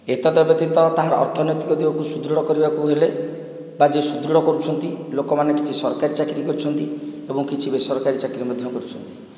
ଏତଦ୍ ବ୍ୟତୀତ ତାର ଅର୍ଥନୈତିକ ଦୃଢ଼କୁ ସୁଦୃଢ଼ କରିବାକୁ ହେଲେ ତାର ଯୋଉ ସୃଦୃଢ଼ କରିଛନ୍ତି ଲୋକମାନେ କିଛି ସରକାରୀ ଚାକିରୀ କରିଛନ୍ତି ଏବଂ କିଛି ବେସରକାରୀ ଚାକିରୀ ମଧ୍ୟ କରିଛନ୍ତି